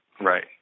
Right